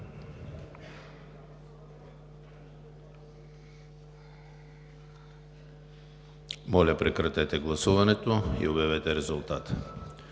Прекратете гласуването и обявете резултата.